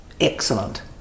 Excellent